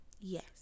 Yes